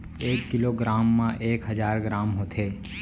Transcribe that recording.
एक kilogram मा एक हजार ग्राम होथे